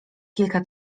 kilka